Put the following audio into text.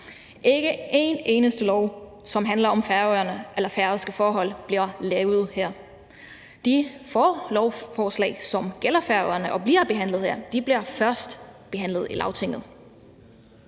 Ikke en eneste lov, som handler om Færøerne eller færøske forhold, bliver lavet her. De få lovforslag, som gælder Færøerne og bliver behandlet her, bliver først behandlet i Lagtinget.